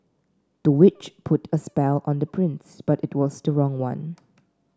the witch put a spell on the prince but it was the wrong one